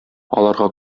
аларга